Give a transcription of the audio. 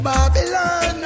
Babylon